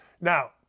Now